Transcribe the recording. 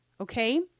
Okay